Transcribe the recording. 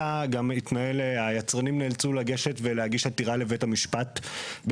אנו ממאי 2018 ועד היום - דבר לא נעשה.